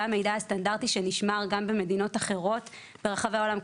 זה המידע הסטנדרטי שנשמר גם במדינות אחרות ברחבי העולם.